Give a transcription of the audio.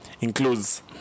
includes